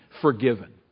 forgiven